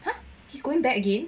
!huh! he's going back again